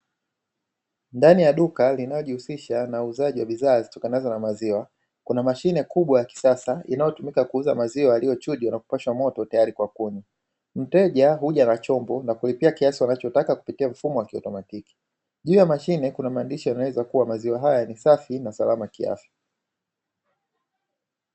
Ndani ya duka Iinalojihusisha na bidhaa zitokanazo na majiwa, kuna mashine kubwa ya kisasa inayotumika kuuza maziwa yaliyo chujwa na kupashwa moto tayari kwa kunywa, mteja huja na chombo na kulipia kiasi wanachotaka kupitia mfumo wa kiautomatiki, juu ya mashine kuna maandishi yanayoeleza kuwa maziwa haya ni safi na salama kiafya.